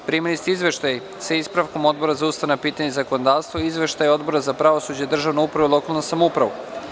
Primili ste Izveštaj (sa ispravkom) Odbora za ustavna pitanja i zakonodavstvo i Izveštaj Odbora za pravosuđe, državnu upravu i lokalnu samoupravu.